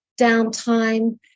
downtime